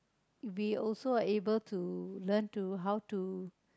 we also able to learn to how to